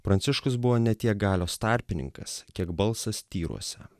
pranciškus buvo ne tiek galios tarpininkas kiek balsas tyruose